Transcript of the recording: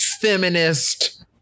feminist